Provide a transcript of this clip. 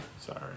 Sorry